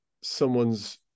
someone's